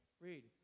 Read